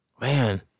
Man